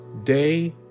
day